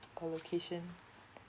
or location